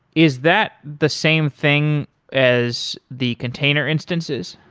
is that the same thing as the container instances?